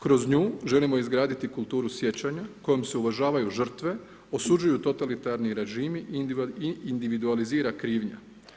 Kroz nju želimo izgraditi kulturu sjećanja kojom se uvažavaju žrtve, osuđuju totalitarni režimi i individualizira krivnja.